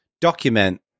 document